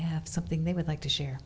have something they would like to share